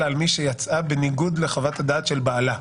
על מי שיצאה בניגוד לחוות הדעת של בעלה?